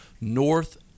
north